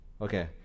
Okay